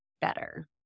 better